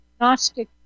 Gnostic